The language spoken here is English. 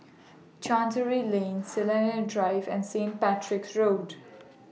Chancery Lane Sinaran Drive and Saint Patrick's Road